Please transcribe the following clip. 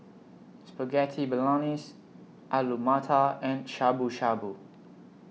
Spaghetti Bolognese Alu Matar and Shabu Shabu